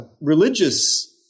religious